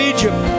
Egypt